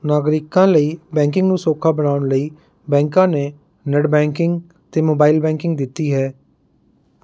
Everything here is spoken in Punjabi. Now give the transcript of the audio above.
ਨਾਗਰਿਕਾਂ ਲਈ ਬੈਂਕਿੰਗ ਨੂੰ ਸੌਖਾ ਬਣਾਉਣ ਲਈ ਬੈਂਕਾਂ ਨੇ ਨੈੱਟ ਬੈਂਕਿੰਗ ਅਤੇ ਮੋਬਾਈਲ ਬੈਂਕਿੰਗ ਦਿੱਤੀ ਹੈ